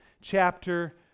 chapter